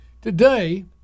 Today